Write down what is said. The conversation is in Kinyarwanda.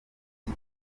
ati